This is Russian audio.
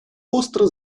остро